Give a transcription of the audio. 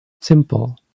simple